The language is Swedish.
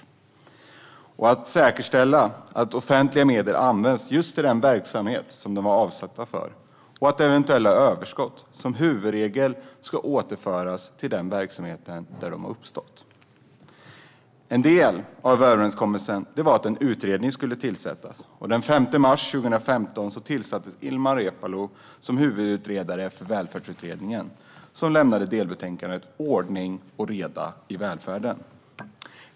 Vi enades också om att säkerställa att offentliga medel används till just den verksamhet de är avsedda för och att eventuella överskott som huvudregel ska återföras till den verksamhet där de uppstått. En del av överenskommelsen var att en utredning skulle tillsättas, och den 5 mars 2015 tillsattes Ilmar Reepalu som huvudutredare för Välfärdsutredningen, som lämnat delbetänkandet Ordning och reda i välfärden .